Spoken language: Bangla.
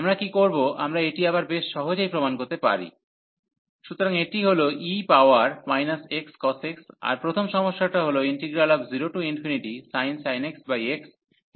আমরা কী করব আমরা এটি আবার বেশ সহজেই প্রমাণ করতে পারি সুতরাং এটি হল e power x cos x আর প্রথম সমস্যাটা হল 0sin x xe x dx